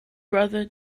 brother